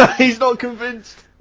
he's not convinced!